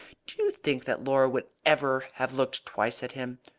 do you think that laura would ever have looked twice at him?